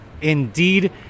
Indeed